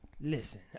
Listen